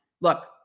Look